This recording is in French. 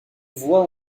voit